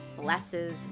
blesses